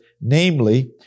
namely